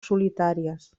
solitàries